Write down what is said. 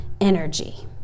energy